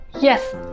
Yes